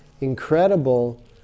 incredible